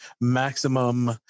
maximum